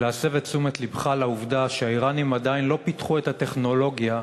ולהסב את תשומת לבך לעובדה שהאיראנים עדיין לא פיתחו את הטכנולוגיה